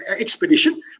expedition